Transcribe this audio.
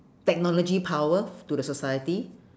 technology power to the society